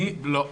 לא.